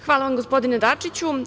Hvala vam, gospodine Dačiću.